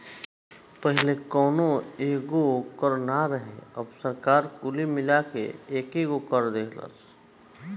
पहिले कौनो एगो कर ना रहे अब सरकार कुली के मिला के एकेगो कर दीहलस